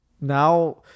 now